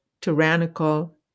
tyrannical